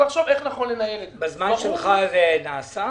בזמן שלך זה נעשה?